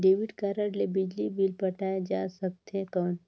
Debit card ले बिजली bill पटाय जा सकथे कौन?